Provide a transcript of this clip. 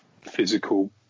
physical